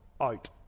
out